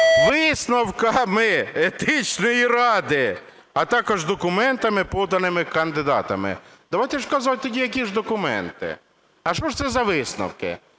висновками Етичної ради, а також документами, поданими кандидатами. Давайте ж казати тоді, які ж документи. А що ж це за висновки?